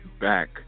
back